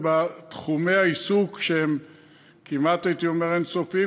ובתחומי העיסוק שהם כמעט הייתי אומר אין-סופיים.